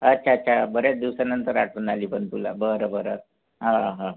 अच्छा अच्छा बऱ्याच दिवसानंतर आठवण आली पण तुला बरं बरं